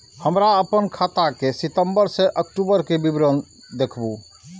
हमरा अपन खाता के सितम्बर से अक्टूबर के विवरण देखबु?